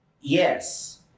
Yes